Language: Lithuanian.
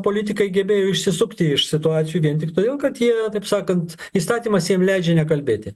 politikai gebėjo išsisukti iš situacijų vien tik todėl kad jie taip sakant įstatymas jiem leidžia nekalbėti